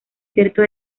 cierto